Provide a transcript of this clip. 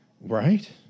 Right